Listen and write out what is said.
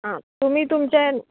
आ तुमी तुमचे